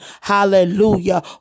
hallelujah